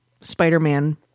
Spider-Man